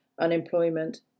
unemployment